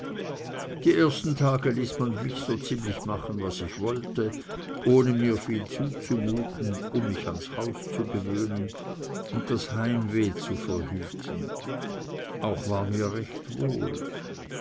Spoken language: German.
die ersten tage ließ man mich so ziemlich machen was ich wollte um mich ans haus zu gewöhnen und das heimweh zu verhüten auch war mir recht wohl